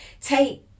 take